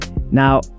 Now